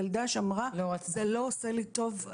ילדה שאמרה - זה לא עושה לי טוב,